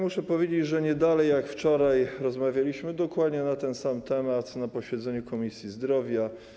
Muszę powiedzieć, że nie dalej jak wczoraj rozmawialiśmy dokładnie na ten sam temat na posiedzeniu Komisji Zdrowia.